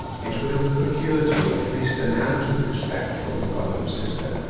it would have procured you at least an outward respect from your brother and sister,